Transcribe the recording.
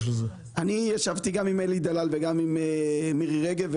אני ישבתי גם עם אלי דלל וגם עם מירי רגב,